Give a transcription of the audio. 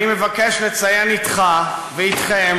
אני מבקש לציין אתך ואתכם,